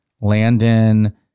Landon